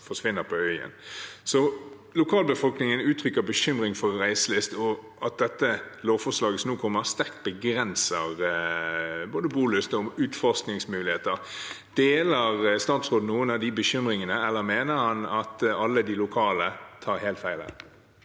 Lokalbefolkningen uttrykker bekymring for reiselysten og at dette lovforslaget som nå kommer, sterkt begrenser både bolyst og utforskningsmuligheter. Deler statsråden noen av de bekymringene, eller mener han at alle de lokale tar helt feil